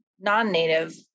non-native